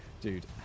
Dude